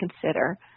consider